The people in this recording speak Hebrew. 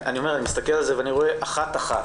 אני מסתכל על זה ואני רואה אחת אחת,